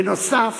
בנוסף,